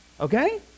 okay